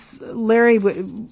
Larry